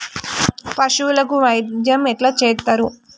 పశువులకు వైద్యం ఎట్లా చేత్తరు?